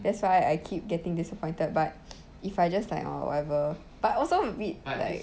that's why I keep getting disappointed but if I just like orh whatever but also read like